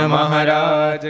Maharaj